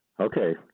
Okay